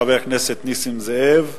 חבר הכנסת נסים זאב.